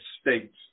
States